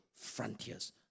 frontiers